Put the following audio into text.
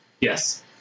Yes